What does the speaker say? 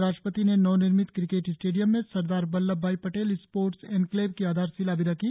राष्ट्रपति ने नव निर्मित क्रिकेट स्टेडियम में सरदार वल्लभ भाई पटेल स्पोर्टस एन्क्लेव की आधारशिला भी रखी